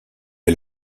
est